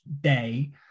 day